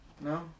No